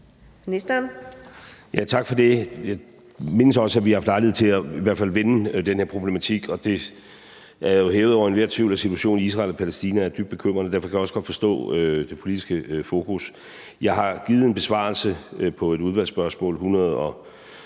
Tak for det. Jeg mindes også, at vi har haft lejlighed til i hvert fald at vende den her problematik, og det er jo hævet over enhver tvivl, at situationen i Israel og Palæstina er dybt bekymrende. Derfor kan jeg også godt forstå det politiske fokus. Jeg har givet en besvarelse på udvalgsspørgsmålnr.